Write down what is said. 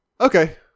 Okay